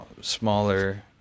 smaller